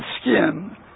skin